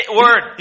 word